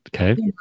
Okay